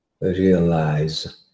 realize